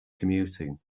commuting